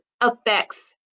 affects